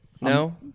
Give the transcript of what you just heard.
No